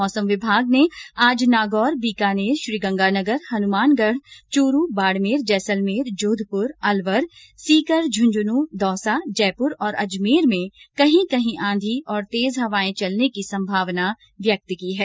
मौसम विभाग ने आज नागौर बीकानेर श्रीगंगानगर हनमानगढ चुरू बाडमेर जैसलमेर जोधपुर अलवर सीकर झन्झन दौसा जयपुर और अजमेर में कहीं कही आंधी और तेज हवाये चलने की संभावना व्यक्त की है